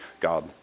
God